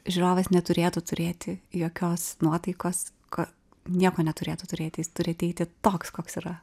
žiūrovas neturėtų turėti jokios nuotaikos ko nieko neturėtų turėti jis turi ateiti toks koks yra